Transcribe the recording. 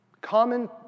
common